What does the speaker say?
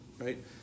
right